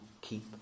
keep